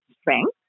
strength